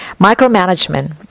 Micromanagement